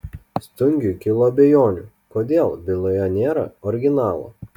stungiui kilo abejonių kodėl byloje nėra originalo